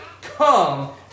come